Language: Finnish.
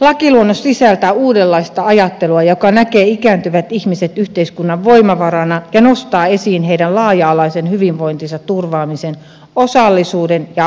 lakiluonnos sisältää uudenlaista ajattelua joka näkee ikääntyvät ihmiset yhteiskunnan voimavarana ja nostaa esiin heidän laaja alaisen hyvinvointinsa turvaamisen osallisuuden ja aktiivisuuden